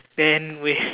then wait